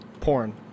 Porn